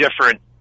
different